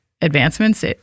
advancements